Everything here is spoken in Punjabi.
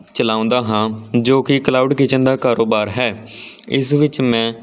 ਚਲਾਉਂਦਾ ਹਾਂ ਜੋ ਕਿ ਕਲਾਊਡ ਕਿਚਨ ਦਾ ਕਾਰੋਬਾਰ ਹੈ ਇਸ ਵਿੱਚ ਮੈਂ